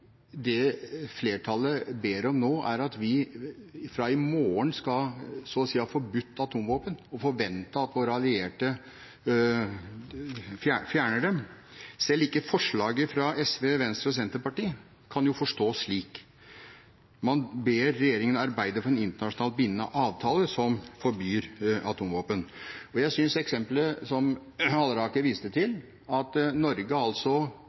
det flertallet ber om nå, er at vi fra i morgen så å si skal ha forbudt atomvåpen og forvente at våre allierte fjerner dem. Selv ikke forslaget fra SV, Venstre og Senterpartiet kan forstås slik, hvor man ber regjeringen arbeide for en internasjonal bindende avtale som forbyr atomvåpen. Jeg synes eksemplet som Halleraker viste til, at Norge